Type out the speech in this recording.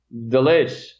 delish